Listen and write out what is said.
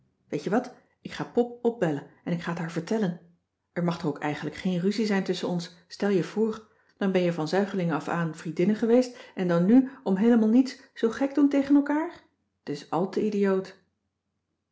weet je wat ik ga pop opbellen en ik ga t haar vertellen er mag toch ook eigenlijk geen ruzie zijn tusschen ons stel je voor dan ben je van zuigeling af aan vriendinnen geweest en dan nu om heelemaal niets zoo gek doen tegen elkaar t is al te idioot